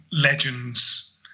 legends